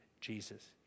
Jesus